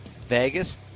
Vegas